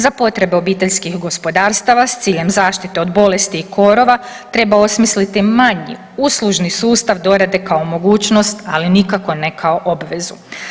Za potrebe obiteljskih gospodarstava sa ciljem zaštite od bolesti i korova treba osmisliti manji uslužni sustav dorade kao mogućnost, ali nikako ne kao obvezu.